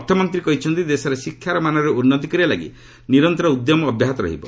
ଅର୍ଥମନ୍ତୀ କହିଛନ୍ତି ଦେଶରେ ଶିକ୍ଷାର ମାନରେ ଉନ୍ନତି କରିବା ଲାଗି ନିରନ୍ତର ଉଦ୍ୟମ ଅବ୍ୟାହତ ରହିବ